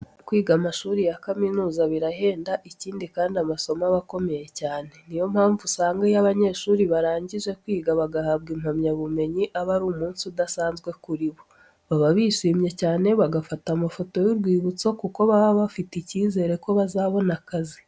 Kwiga amashuri ya kaminuza birahenda ikindi kandi amasomo aba akomeye cyane, niyo mpamvu usanga iyo abanyeshuri barangije kwiga bagahabwa impamya bumenyi aba ari umunsi udasanzwe kuri bo. Baba bishimye cyane, bagafata amafoto y'urwibutso kuko baba bafite icyizere ko bazabona akazi.